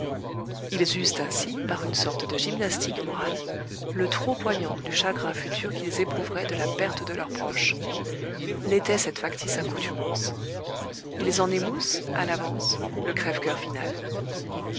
ils usent ainsi par une sorte de gymnastique morale le trop poignant du chagrin futur qu'ils éprouveraient de la perte de leurs proches n'étant cette factice accoutumance ils en émoussent à l'avance le crève-cœur final